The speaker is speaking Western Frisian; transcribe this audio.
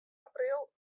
april